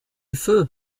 feu